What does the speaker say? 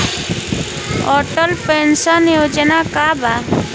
Atal pension Yojana का बा?